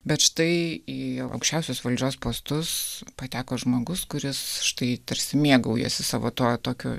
bet štai į aukščiausios valdžios postus pateko žmogus kuris štai tarsi mėgaujasi savo tuo tokiu